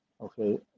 Okay